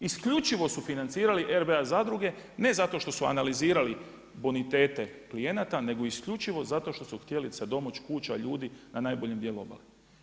Isključivo su financirali RBA zadruge, ne zato što su analizirali bonitete klijenata nego isključivo zato što su htjeli se domoć kuća, ljudi na najboljem dijelu obale.